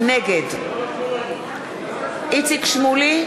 נגד איציק שמולי,